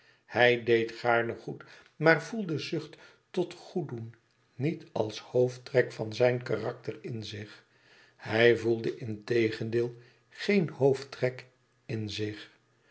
hij deed gaarne goed maar voelde zucht tot goed doen niet als hoofdtrek van zijn karakter in zich hij voelde integendeel géen hoofdtrek in zich